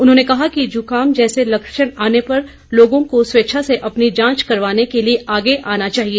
उन्होंने कहा कि जुकाम जैसे लक्षण आने पर लोगों को खेच्छा से अपनी जांच करवाने के लिए आगे आना चाहिए